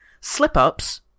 slip-ups